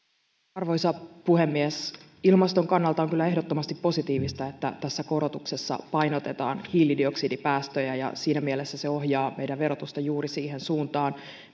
arvoisa puhemies ilmaston kannalta on kyllä ehdottomasti positiivista että tässä korotuksessa painotetaan hiilidioksidipäästöjä ja siinä mielessä se ohjaa meidän verotusta juuri siihen suuntaan